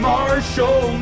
Marshall